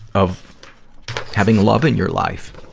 of having love in your life.